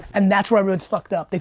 and that's where everyone's fucked up,